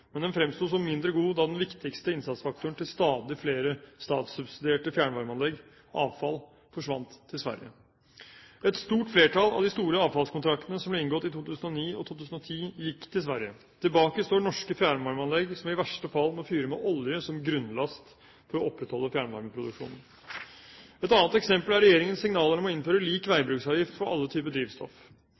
men den fremsto som mindre god da den viktigste innsatsfaktoren til stadig flere statssubsidierte fjernvarmeanlegg – avfall – forsvant til Sverige. Et stort flertall av de store avfallskontraktene som ble inngått i 2009 og 2010, gikk til Sverige. Tilbake står norske fjernvarmeanlegg som i verste fall må fyre med olje som grunnlast for å opprettholde fjernvarmeproduksjonen. Et annet eksempel er regjeringens signaler om å innføre lik veibruksavgift for alle typer drivstoff.